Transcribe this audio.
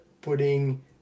putting